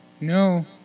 no